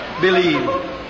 believe